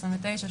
29,